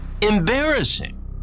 embarrassing